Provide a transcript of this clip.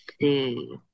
see